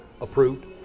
approved